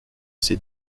ces